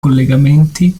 collegamenti